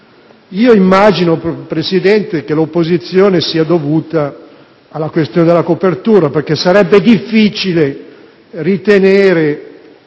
Immagino, Presidente, che l'opposizione sia dovuta alla questione della copertura, perché sarebbe difficile ritenere